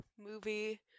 movie